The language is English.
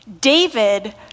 David